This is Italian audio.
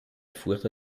furto